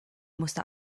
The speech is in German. musste